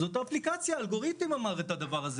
זאת האפליקציה, האלגוריתם אמר את זה.